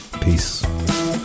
Peace